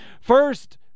First